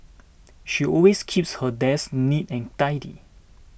she always keeps her desk neat and tidy